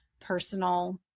personal